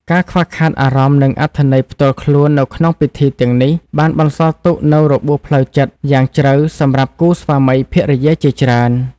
ការខ្វះខាតអារម្មណ៍និងអត្ថន័យផ្ទាល់ខ្លួននៅក្នុងពិធីទាំងនេះបានបន្សល់ទុកនូវរបួសផ្លូវចិត្តយ៉ាងជ្រៅសម្រាប់គូស្វាមីភរិយាជាច្រើន។